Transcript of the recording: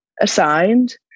assigned